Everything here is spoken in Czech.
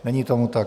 Není tomu tak.